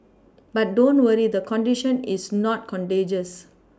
but don't worry the condition is not contagious